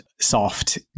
soft